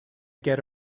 get